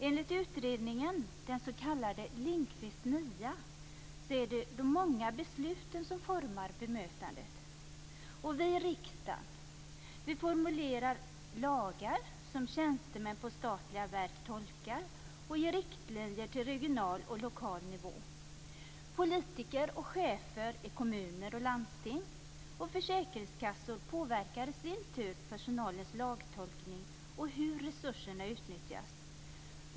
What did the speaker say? Enligt utredningen, den s.k. Lindqvists nia, är det de många besluten som formar bemötandet. Vi i riksdagen formulerar lagar, som tjänstemän på statliga verk tolkar, och ger riktlinjer till regional och lokal nivå. Politiker och chefer i kommuner, landsting och försäkringskassor påverkar i sin tur personalens lagtolkning och hur resurserna utnyttjas.